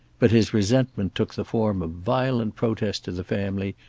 but his resentment took the form of violent protest to the family,